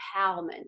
empowerment